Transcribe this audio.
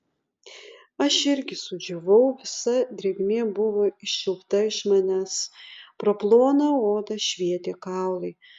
aš irgi sudžiūvau visa drėgmė buvo iščiulpta iš manęs pro ploną odą švietė kaulai